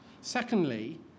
Secondly